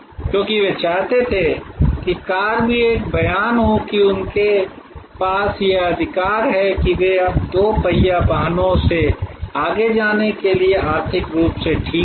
क्योंकि वे चाहते थे कि कार भी एक बयान हो कि उनके पास यह अधिकार है कि वे अब दो पहिया वाहनों से आगे जाने के लिए आर्थिक रूप से ठीक हैं